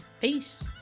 Peace